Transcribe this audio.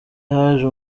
haje